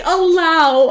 allow